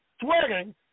Sweating